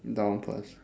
down first